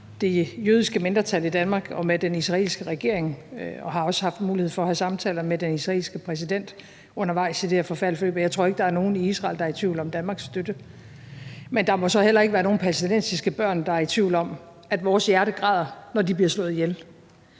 det jødiske mindretal i Danmark og med den israelske regering og har også haft mulighed for at have samtaler med den israelske præsident undervejs i det her forfærdelige forløb, og jeg tror ikke, der er nogen i Israel, der er i tvivl om Danmarks støtte. Men der må så heller ikke være nogen palæstinensiske børn, der er i tvivl om, at vores hjerte græder, når de bliver slået ihjel.